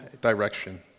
direction